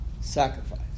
Sacrifice